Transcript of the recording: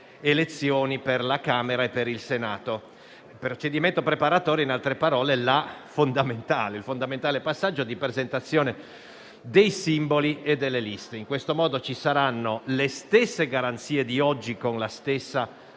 Il procedimento preparatorio, in altre parole, è il fondamentale passaggio di presentazione dei simboli e delle liste. In questo modo ci saranno le stesse garanzie di oggi, con la stessa rapidità,